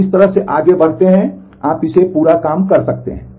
आप इस तरह से आगे बढ़ते हैं आप इसे पूरा काम कर सकते हैं